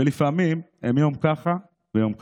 ולפעמים הם יום ככה ויום ככה.